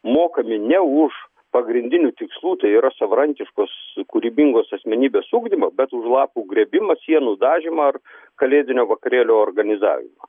mokami ne už pagrindinių tikslų tai yra savarankiškos kūrybingos asmenybės ugdymą bet už lapų grėbimą sienų dažymą ar kalėdinio vakarėlio organizavimą